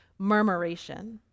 murmuration